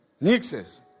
Nixes